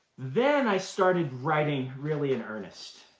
then i started writing really in earnest,